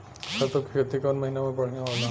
सरसों के खेती कौन महीना में बढ़िया होला?